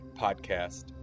Podcast